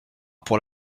pour